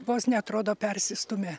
vos neatrodo persistumia